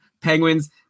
penguins